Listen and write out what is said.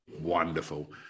wonderful